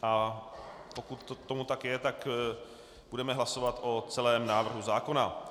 A pokud tomu tak je, budeme hlasovat o celém návrhu zákona.